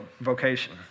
vocation